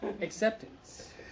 Acceptance